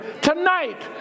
tonight